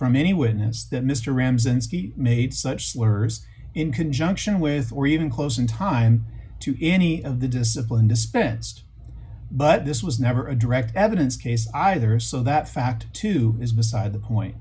from any witness that mr ramzan made such slurs in conjunction with or even close in time to any of the discipline dispensed but this was never a direct evidence case either so that fact too is beside the point